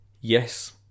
Yes